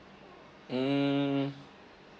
mm